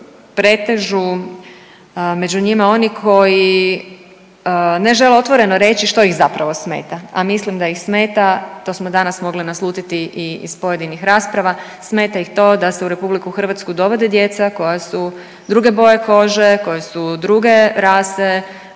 uvijek pretežu među njima oni koji ne žele otvoreno reći što ih zapravo smeta, a mislim da ih smeta, to smo danas mogli naslutiti i iz pojedinih rasprava, smeta ih to da se u RH dovode djeca koja su druge boje kože, koja su druge rase,